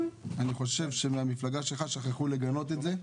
אני חושב שמהמפלגה שלך שכחו לגנות את זה,